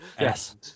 Yes